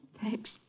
Thanks